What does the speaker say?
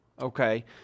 okay